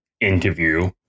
interview